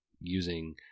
using –